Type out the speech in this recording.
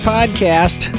Podcast